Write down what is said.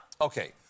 Okay